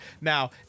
Now